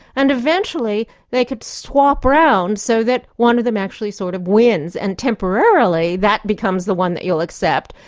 and eventually they could swap round so that one of them actually sort of wins, and temporarily that becomes the one that you'll accept.